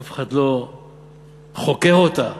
אף אחד לא חוקר אותה.